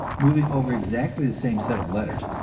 moving over exactly the same set of letters,